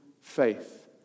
faith